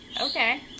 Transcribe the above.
Okay